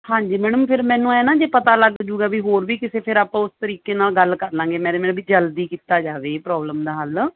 ਹਾਂਜੀ ਮੈਡਮ ਫਿਰ ਮੈਨੂੰ ਐਂ ਨਾ ਜੇ ਪਤਾ ਲੱਗ ਜੂਗਾ ਵੀ ਹੋਰ ਵੀ ਕਿਸੇ ਫਿਰ ਆਪਾਂ ਉਸ ਤਰੀਕੇ ਨਾਲ ਗੱਲ ਕਰ ਲਵਾਂਗੇ ਵੀ ਜਲਦੀ ਕੀਤਾ ਜਾਵੇ ਪ੍ਰੋਬਲਮ ਦਾ ਹੱਲ